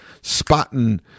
spotting